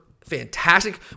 fantastic